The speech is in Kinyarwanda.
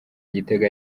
igitego